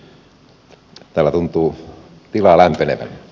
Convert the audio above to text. täällä tuntuu tila lämpenevän